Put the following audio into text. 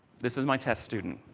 this is my test student.